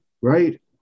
Right